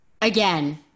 Again